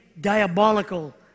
Diabolical